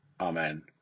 Amen